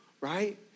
right